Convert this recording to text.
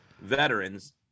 veterans